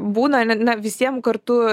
būna ne na visiem kartu